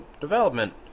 development